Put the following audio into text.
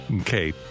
Okay